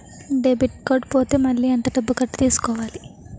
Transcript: Debit card పోతే మళ్ళీ ఎంత డబ్బు కట్టి తీసుకోవాలి?